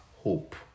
hope